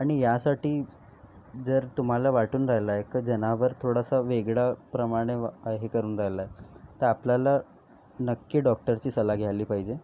आणि यासाठी जर तुम्हाला वाटून राहिला आहे का जनावर थोडासा वेगळा प्रमाणे हे करून राहिला आहे तर आपल्याला नक्की डॉक्टरची सला घ्यायला पाहिजे